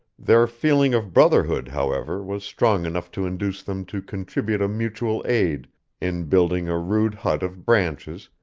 their feeling of brotherhood, however, was strong enough to induce them to contribute a mutual aid in building a rude hut of branches,